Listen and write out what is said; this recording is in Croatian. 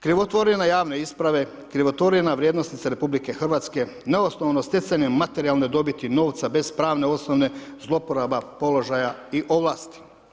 Krivotvorene javne isprave, krivotvorena vrijednosnica RH, neosnovane stjecanje materijalne dobiti novca bez pravne osnove, zlouporaba položaja i ovlasti.